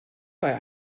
bei